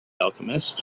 alchemist